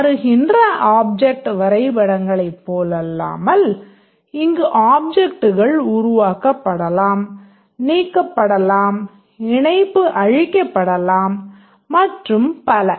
மாறுகின்ற ஆப்ஜெக்ட் வரைபடங்களைப் போலல்லாமல் இங்கு ஆப்ஜெக்ட்கள் உருவாக்கப்படலாம் நீக்கப்படலாம் இணைப்பு அழிக்கப்படலாம் மற்றும் பல